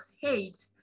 hate